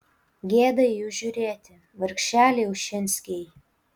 gėda į jus žiūrėti vargšeliai ušinskiai